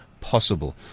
possible